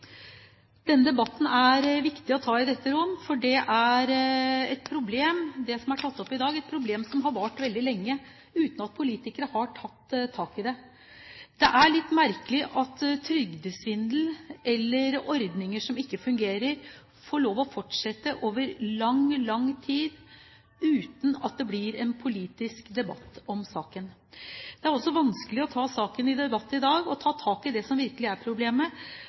Denne debatten er viktig å ta i dette rom, for det som er tatt opp i dag, er et problem som har vart veldig lenge, uten at politikere har tatt tak i det. Det er litt merkelig at trygdesvindel, eller ordninger som ikke fungerer, får lov å fortsette over lang, lang tid uten at det blir en politisk debatt om saken. Det er også vanskelig i saken som er til debatt i dag, å ta tak i det som virkelig er problemet,